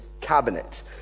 cabinet